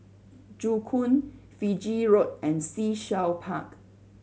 Joo Koon Fiji Road and Sea Shell Park